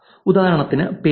ഉദാഹരണത്തിന് പേരുകൾ